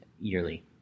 yearly